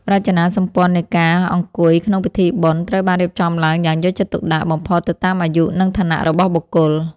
រចនាសម្ព័ន្ធនៃការអង្គុយក្នុងពិធីបុណ្យត្រូវបានរៀបចំឡើងយ៉ាងយកចិត្តទុកដាក់បំផុតទៅតាមអាយុ និងឋានៈរបស់បុគ្គល។